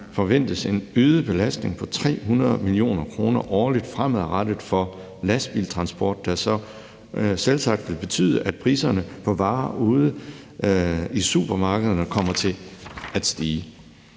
forventes en øget belastning på 300 mio. kr. årligt fremadrettet for lastbiltransport, der så selvsagt vil betyde, at priserne på varer ude i supermarkederne kommer til at stige.